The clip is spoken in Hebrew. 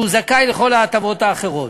שזכאי לכל ההטבות האחרות.